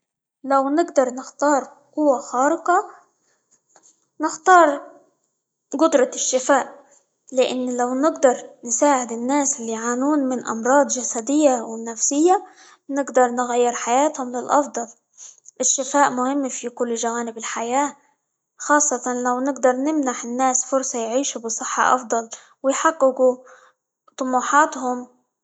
لو نقدر نختار قوة خارقة، نختار قدرة الشفاء؛ لأن لو نقدر نساعد الناس اللي يعانون من أمراض جسدية، أو نفسية، بنقدر نغير حياتهم للأفضل، الشفاء مهم فى كل جوانب الحياة خاصة لو نقدر نمنح الناس فرصة يعيشوا بصحة أفضل، ويحققوا طموحاتهم.